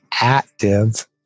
active